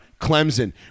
Clemson